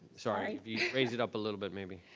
sorry, if you raise it up a little bit, maybe.